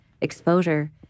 exposure